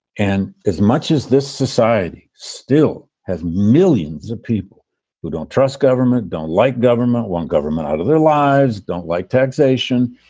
and as much as this society still has millions of people who don't trust government, don't like government, want government out of their lives, don't like taxation